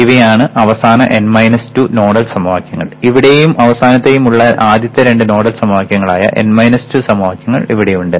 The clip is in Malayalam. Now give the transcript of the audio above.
ഇവയാണ് അവസാന n 2 നോഡൽ സമവാക്യങ്ങൾ ഇവിടെയും അവസാനത്തേയും ഉള്ള ആദ്യത്തെ രണ്ട് നോഡൽ സമവാക്യങ്ങൾ ആയ n 2 സമവാക്യങ്ങൾ ഇവിടെയുണ്ട്